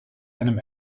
einem